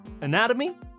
anatomy